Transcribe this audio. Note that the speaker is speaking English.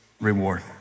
reward